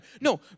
No